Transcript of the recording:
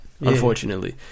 Unfortunately